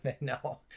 No